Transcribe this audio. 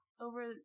over